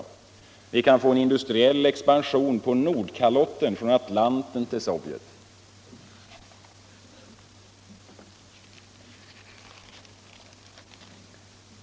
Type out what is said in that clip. Vi kan, efter det, få en industriell expansion på Nordkalotten från Atlanten till Sovjet.